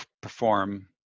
perform